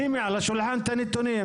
שימי על השולחן את הנתונים.